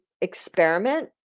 experiment